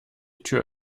tür